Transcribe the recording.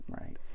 Right